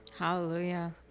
Hallelujah